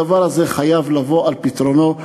הדבר הזה חייב לבוא על פתרונו לאלתר.